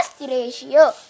ratio